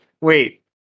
wait